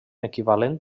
equivalent